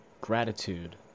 gratitude